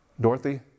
Dorothy